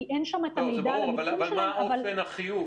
כי אין שם את המידע של המיקום שלהם --- אבל מה אופן החיוב?